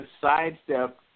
sidestep